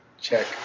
check